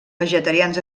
vegetarians